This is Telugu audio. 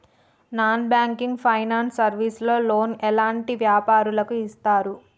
నాన్ బ్యాంకింగ్ ఫైనాన్స్ సర్వీస్ లో లోన్ ఎలాంటి వ్యాపారులకు ఇస్తరు?